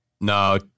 No